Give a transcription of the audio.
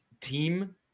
team